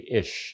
ish